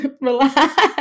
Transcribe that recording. Relax